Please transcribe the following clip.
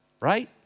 Right